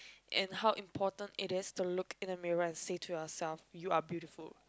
and how important it is to look at the mirror and say to yourself you are beautiful